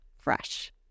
fresh